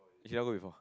she never go before